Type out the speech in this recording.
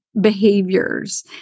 behaviors